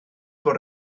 bod